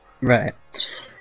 right